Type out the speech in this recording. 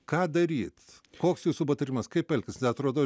ką daryt koks jūsų patarimas kaip elgtis neatrodo